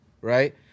right